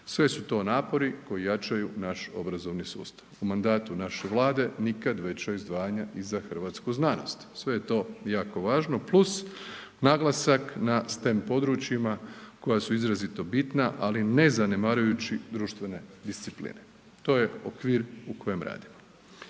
sve su to napori koji jačaju naš obrazovni sustav. U mandatu naše Vlade nikad veća izdvajanja i za hrvatsku znanost, sve je to jako važno + naglasak na STEM područjima koja su izrazito bitna, ali ne zanemarujući društvene discipline, to je okvir u kojem radimo.